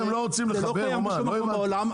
זה לא קיים בשום מקום בעולם,